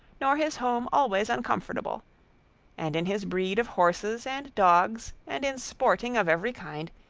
nor his home always uncomfortable and in his breed of horses and dogs, and in sporting of every kind,